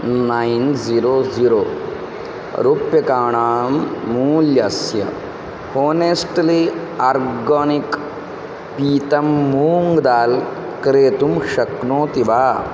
nine zero zero रूप्यकाणां मूल्यस्य honestly organic पीतं मूङ्ग् दाल् क्रेतुं शक्नोति वा